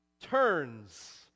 turns